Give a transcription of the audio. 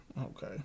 Okay